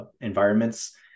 environments